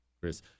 Chris